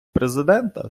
президента